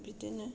बिदिनो